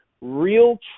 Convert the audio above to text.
real